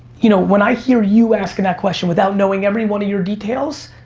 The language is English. you know when i hear you asking that question, without knowing every one of your details,